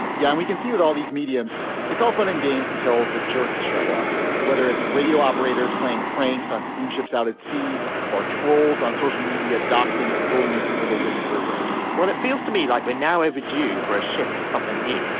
yeah and we can see with all these mediums it's all fun and games until the jerks show up whether it's radio operators playing pranks on steam ships out at sea or trolls on social media doxxing and bullying people they disagree with well it feels to me like we're now overdue for a shift to something new.